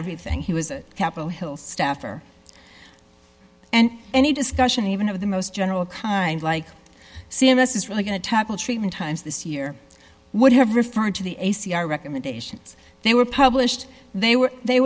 everything he was a capitol hill staffer and any discussion even of the most general kind like c m s is really going to topple treatment times this year would have referred to the a c r recommendations they were published they were they